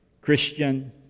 Christian